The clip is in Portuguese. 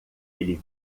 ele